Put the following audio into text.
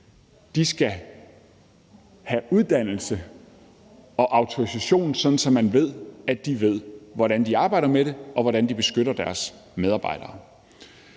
skal have uddannelse og autorisation, sådan at man ved, at de ved, hvordan de arbejder med det, og hvordan de beskytter deres medarbejdere.